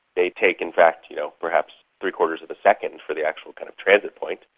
they take in fact you know perhaps three-quarters of a second for the actual kind of transit point,